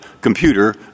computer